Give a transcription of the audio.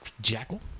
Jackal